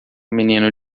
menino